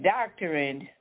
Doctrine